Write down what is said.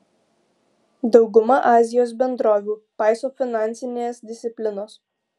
dauguma azijos bendrovių paiso finansinės disciplinos